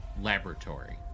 laboratory